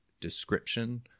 description